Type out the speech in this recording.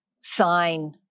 sign